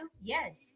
Yes